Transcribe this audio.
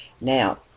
Now